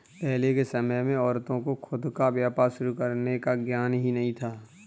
पहले के समय में औरतों को खुद का व्यापार शुरू करने का ज्ञान ही नहीं था